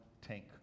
tank